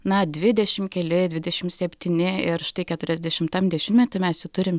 na dvidešimt keli dvidešimt septyni ir štai keturiasdešimtam dešimtmety mes jau turim